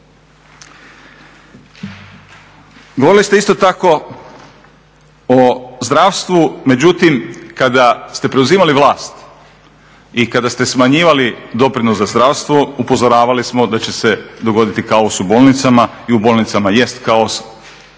Govorili ste isto tako o zdravstvu, međutim kada ste preuzimali vlast i kada ste smanjivali doprinos za zdravstvo upozoravali smo da će se dogoditi kaos u bolnicama. I u bolnicama jest kaos